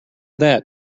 that